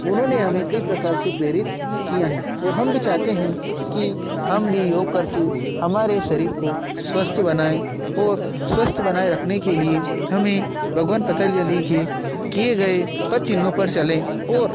उन्होंने हमें कई प्रकार से प्रेरित किया है और हम भी चाहते हैं कि हम भी योग करके हमारे शरीर को स्वस्थ बनाएं और स्वस्थ बनाए रखने के लिए हमें भगवान पतंजलि के किए गए पद चिन्हों पर चलें और